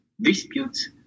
disputes